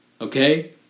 okay